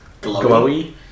glowy